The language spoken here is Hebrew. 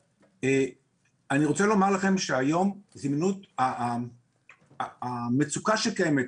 אני רוצה לומר לכם שהיום הזמינות והמצוקה שקיימת,